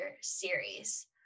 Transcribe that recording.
series